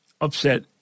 upset